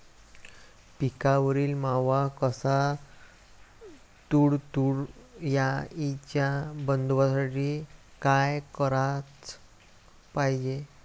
पिकावरील मावा अस तुडतुड्याइच्या बंदोबस्तासाठी का कराच पायजे?